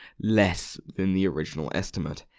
less than the original estimate,